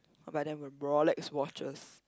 I will buy them with Rolex watches